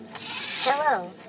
Hello